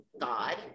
god